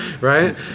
right